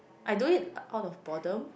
I do it out of boredom